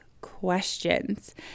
questions